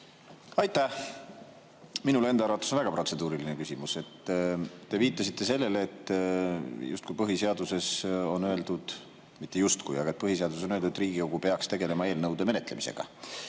Aitäh! Minul enda arvates on väga protseduuriline küsimus. Te viitasite sellele, justkui põhiseaduses on öeldud … Mitte justkui, aga põhiseaduses ongi öeldud, et Riigikogu peaks tegelema eelnõude menetlemisega.